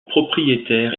propriétaire